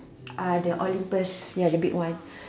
uh the Olympus ya the big one